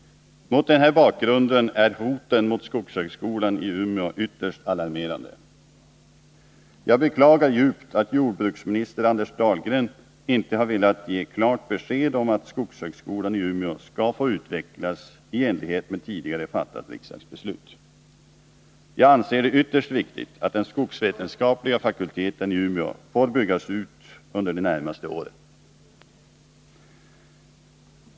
Mot denna bakgrund är hoten mot skogshögskolan i Umeå ytterst alarmerande. Jag beklagar djupt att jordbruksminister Anders Dahlgren inte velat ge klart besked om att skogshögskolan i Umeå skall få utvecklas i enlighet med tidigare fattat riksdagsbeslut. Jag anser det ytterst viktigt att den skogsvetenskapliga fakulteten i Umeå får byggas ut under de närmaste åren.